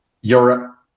Europe